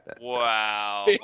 wow